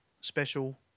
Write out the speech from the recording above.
special